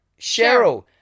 Cheryl